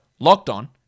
LOCKEDON